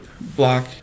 block